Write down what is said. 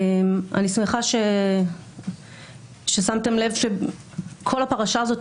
אני שמחה ששמתם לב שכל הפרשה הזאת,